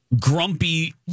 Grumpy